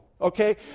okay